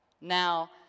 Now